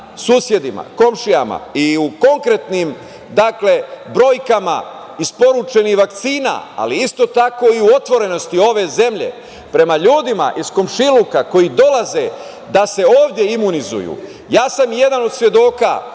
susedima, komšijama i u konkretnim brojkama isporučenih vakcina, ali isto tako i u otvorenosti ove zemlje prema ljudima iz komšiluka koji dolaze da se ovde imunizuju. Ja sam jedan od svedoka,